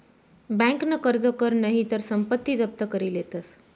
बँकन कर्ज कर नही तर संपत्ती जप्त करी लेतस